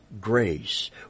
grace